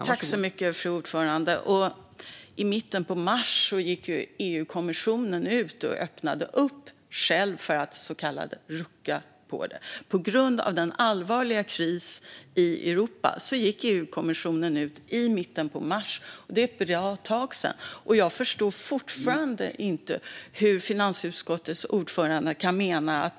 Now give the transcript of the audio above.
Fru talman! I mitten av mars öppnade EU-kommissionen själv upp för att rucka på det här. Det gjordes på grund av den allvarliga krisen i Europa. Det här skedde alltså för ett bra tag sedan. Jag förstår fortfarande inte vad finansutskottets ordförande menar.